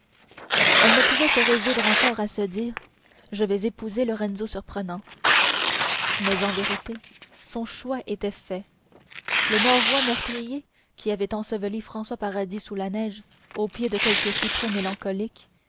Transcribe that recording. elle ne pouvait se résoudre encore à se dire je vais épouser lorenzo surprenant mais en vérité son choix était fait le norouâ meurtrier qui avait enseveli françois paradis sous la neige au pied de quelque cyprès mélancolique